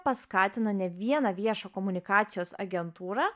paskatino ne vieną viešą komunikacijos agentūrą